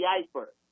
iceberg